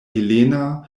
helena